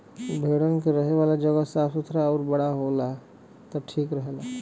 भेड़न के रहे वाला जगह साफ़ सुथरा आउर बड़ा होला त ठीक रहला